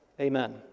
amen